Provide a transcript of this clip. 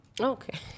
Okay